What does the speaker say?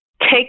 take